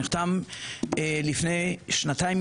שנחתם לפני כשנתיים,